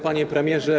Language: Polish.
Panie Premierze!